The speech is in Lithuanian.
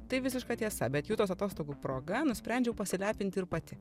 tai visiška tiesa bet jutos atostogų proga nusprendžiau pasilepinti ir pati